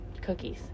cookies